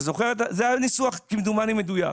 זה ניסוח כמדומני מדויק.